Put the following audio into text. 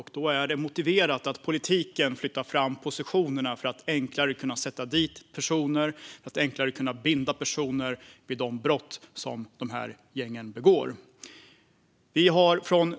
Det är därför motiverat att man inom politiken flyttar fram positionerna för att enklare kunna sätta dit personer och binda dem vid de brott som gängen begår.